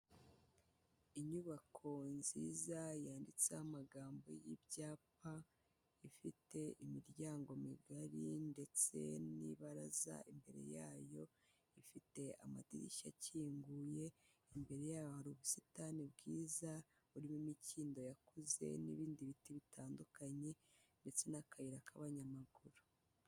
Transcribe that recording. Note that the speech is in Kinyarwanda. Inyubako nziza yanditseho amagambo y'ibyapa, ifite imiryango migari ndetse n'ibaraza imbere yayo, ifite amadirishya akinguye imbere yaho hari ubusitani bwiza burimo imikindo yakuze n'ibindi biti bitandukanye ndetse n'akayira k'abanyamaguru.